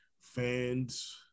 fans